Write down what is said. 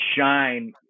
shine